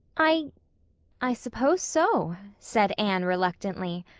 i i suppose so, said anne reluctantly.